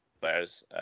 players